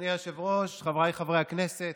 אדוני היושב-ראש, חבריי חברי הכנסת,